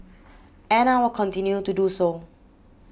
and I will continue to do so